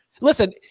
listen –